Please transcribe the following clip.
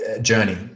journey